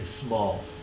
small